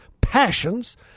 passions